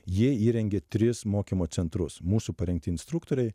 jie įrengė tris mokymo centrus mūsų parengti instruktoriai